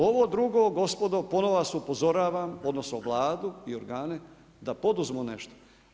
Ovo drugo gospodo ponovno vas upozoravam odnosno Vladu i organe da poduzmu nešto.